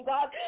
God